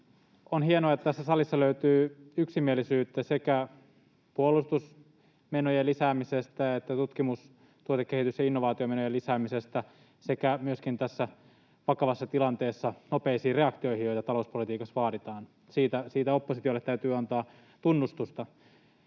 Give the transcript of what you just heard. On hienoa, että tässä salissa löytyy yksimielisyyttä sekä puolustusmenojen lisäämisestä että tutkimus-, tuotekehitys- ja innovaatiomenojen lisäämisestä sekä myöskin tässä vakavassa tilanteessa nopeista reaktioista, joita talouspolitiikassa vaaditaan. Siitä oppositiolle täytyy antaa tunnustusta.